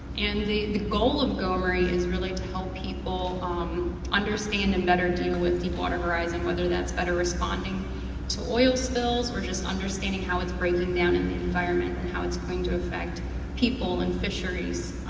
and the the goal of gomri is really to help people um understand a and better deal with deep water horizon. whether that's better responding to oil spills, or just understanding how it's breaking down in the environment and how it's going to affect people and fisheries,